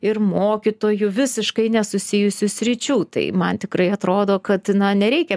ir mokytojų visiškai nesusijusių sričių tai man tikrai atrodo kad na nereikia